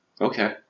Okay